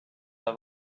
i’ve